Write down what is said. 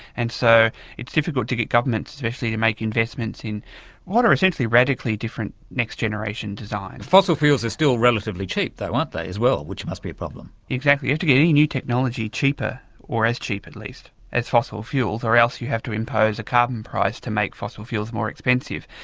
and so it's difficult to get governments especially to make investments in what are essentially radically different next-generation designs. fossil fuels are still relatively cheap though aren't they as well, which must be a problem. exactly, you have to get any new technology cheaper or as cheap at least as fossil fuels, or else you have to impose a carbon price to make fossil fuels more expensive.